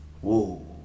Whoa